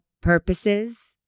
purposes